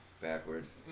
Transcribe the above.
backwards